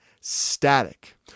static